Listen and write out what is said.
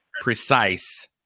precise